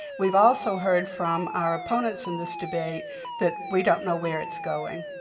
we've also heard from our opponents in this debate that we don't know where it's going.